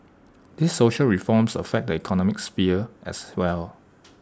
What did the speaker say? these social reforms affect the economic sphere as well